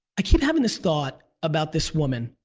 i keep having this thought about this woman,